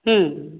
हम्म